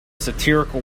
satirical